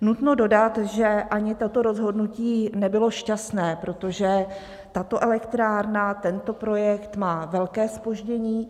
Nutno dodat, že ani toto rozhodnutí nebylo šťastné, protože tato elektrárna, tento projekt má velké zpoždění.